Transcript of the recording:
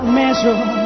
measure